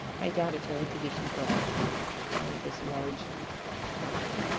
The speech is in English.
i doubt it's really tahitian pearl it's probably just large black